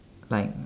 find